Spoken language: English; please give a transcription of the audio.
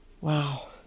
Wow